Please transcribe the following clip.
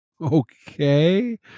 Okay